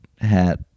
hat